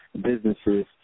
businesses